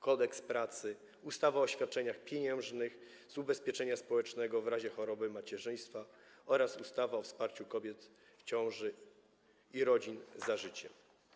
Kodeks pracy, ustawę o świadczeniach pieniężnych z ubezpieczenia społecznego w razie choroby i macierzyństwa oraz ustawę o wsparciu kobiet w ciąży i rodzin „Za życiem”